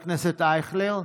חבר הכנסת אייכלר,